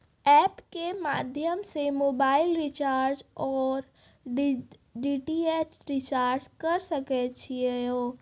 App के माध्यम से मोबाइल रिचार्ज ओर डी.टी.एच रिचार्ज करऽ सके छी यो?